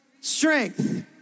strength